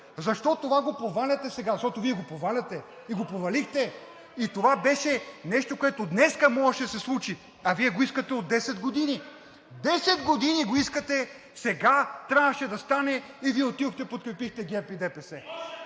Защото това го проваляте сега? Защото Вие го проваляте и го провалихте. Това беше нещо, което днес можеше да се случи, а Вие го искате от 10 години – 10 години го искате, сега трябваше да стане и Вие отидохте и подкрепихте ГЕРБ и ДПС.